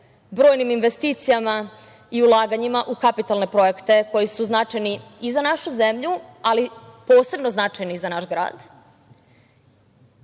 brojnim investicijama i ulaganjima u kapitalne projekte koji su značajni i za našu zemlju, ali posebno značajni za naš grad,